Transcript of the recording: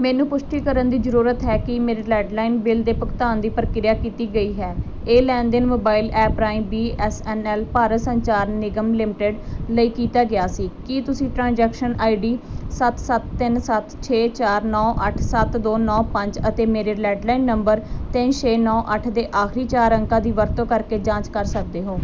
ਮੈਨੂੰ ਪੁਸ਼ਟੀ ਕਰਨ ਦੀ ਜ਼ਰੂਰਤ ਹੈ ਕੀ ਮੇਰੇ ਲੈਂਡਲਾਈਨ ਬਿੱਲ ਦੇ ਭੁਗਤਾਨ ਦੀ ਪ੍ਰਕਿਰਿਆ ਕੀਤੀ ਗਈ ਹੈ ਇਹ ਲੈਣ ਦੇਣ ਮੋਬਾਈਲ ਐਪ ਰਾਹੀਂ B S N L Bharat Sanchar Nigam limited ਲਈ ਕੀਤਾ ਗਿਆ ਸੀ ਕੀ ਤੁਸੀਂ ਟ੍ਰਾਂਜੈਕਸ਼ਨ ਆਈ ਡੀ ਸੱਤ ਸੱਤ ਤਿੰਨ ਸੱਤ ਛੇ ਚਾਰ ਨੌਂ ਅੱਠ ਸੱਤ ਦੋ ਨੌਂ ਪੰਜ ਅਤੇ ਮੇਰੇ ਲੈਂਡਲਾਈਨ ਨੰਬਰ ਤਿੰਨ ਛੇ ਨੌਂ ਅੱਠ ਦੇ ਆਖਰੀ ਚਾਰ ਅੰਕਾਂ ਦੀ ਵਰਤੋਂ ਕਰਕੇ ਜਾਂਚ ਕਰ ਸਕਦੇ ਹੋ